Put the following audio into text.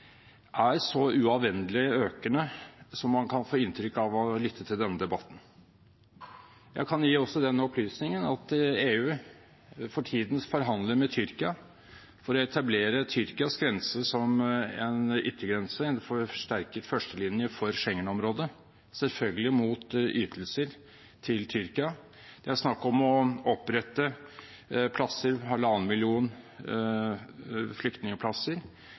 er så uavvendelig økende som man kan få inntrykk av ved å lytte til denne debatten. Jeg kan også gi den opplysningen at EU for tiden forhandler med Tyrkia for å etablere Tyrkias grense som en yttergrense, en forsterket førstelinje for Schengen-området, selvfølgelig mot ytelser til Tyrkia. Det er snakk om å opprette plasser, halvannen million